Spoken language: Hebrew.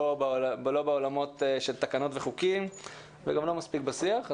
לא בעולמות של תקנות וחוקים וגם לא מספיק בשיח.